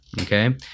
okay